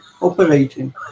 operating